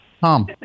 Tom